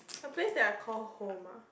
the place that I call home ah